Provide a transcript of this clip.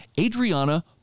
Adriana